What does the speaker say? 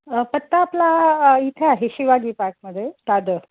पत्ता आपला इथे आहे शिवाजी पार्कमध्ये दादर